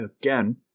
again